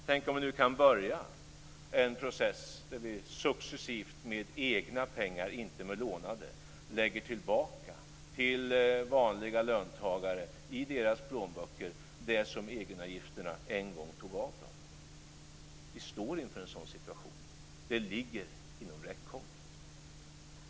Tänk om vi nu kan börja en process där vi successivt med egna pengar, inte med lånade, lägger tillbaka till vanliga löntagare i deras plånböcker det som egenavgifterna en gång tog av dem. Vi står inför en sådan situation. Det ligger inom räckhåll.